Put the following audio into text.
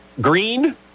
green